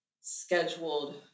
scheduled